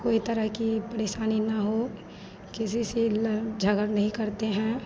कोई तरह की परेसानी न हो किसी से लड़ झगड़ नहीं करते हैं